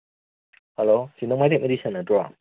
hello ꯁꯤ Nongmaithem edition ꯅꯇ꯭ꯔꯣ